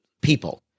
people